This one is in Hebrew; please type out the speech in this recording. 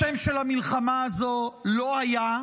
השם של המלחמה הזו לא היה,